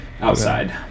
outside